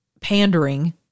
pandering